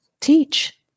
teach